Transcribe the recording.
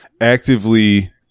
actively